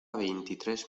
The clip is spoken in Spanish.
veintitrés